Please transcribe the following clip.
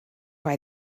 why